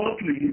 mostly